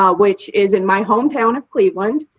um which is in my hometown of cleveland.